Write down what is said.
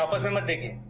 ah but been looking